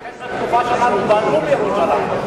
לכן בתקופה שלנו בנו בירושלים,